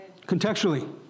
Contextually